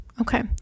Okay